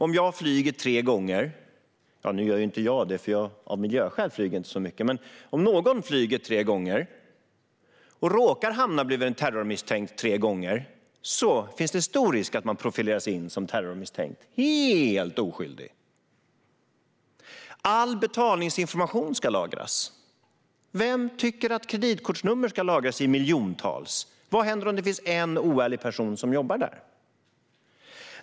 Om jag flyger tre gånger - nu flyger jag inte så mycket av miljöskäl, men om någon annan flyger tre gånger och råkar hamna bredvid en terrormisstänkt tre gånger finns det stor risk att profileras som terrormisstänkt, helt oskyldigt. All betalningsinformation ska lagras. Vem tycker att kreditkortsnummer ska lagras i miljontals? Vad händer om det finns en oärlig person som jobbar där?